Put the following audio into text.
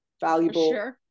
valuable